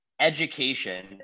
education